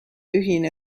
ühine